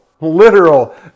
literal